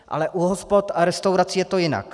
Ale u hospod a restaurací je to jinak.